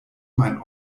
mein